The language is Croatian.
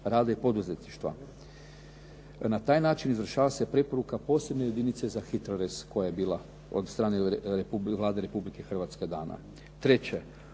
rada i poduzetništva. Na taj način izvršava se preporuka posebne jedinice za HITROREZ koja je bila od strane Vlade Republike Hrvatske dana.